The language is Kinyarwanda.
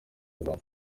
ivan